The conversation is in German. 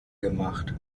gemacht